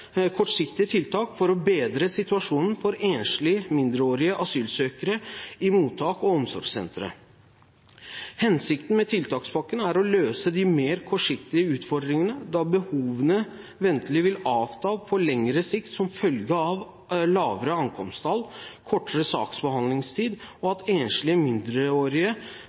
kortsiktige tiltak for å bedre situasjonen for enslige mindreårige asylsøkere i mottak og omsorgssentre. Hensikten med tiltakspakken er å løse de mer kortsiktige utfordringene, da behovene ventelig vil avta på lengre sikt som følge av lavere ankomsttall, kortere saksbehandlingstid og at enslige mindreårige